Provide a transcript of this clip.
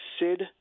Sid